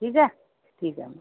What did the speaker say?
ठीक आहे ठीक आहे मग